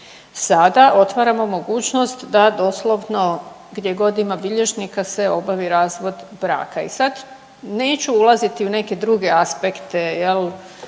Sada otvaramo mogućnost da doslovno gdje god ima bilježnika se obavi razvod braka. I sad neću ulaziti u neke druge aspekte jel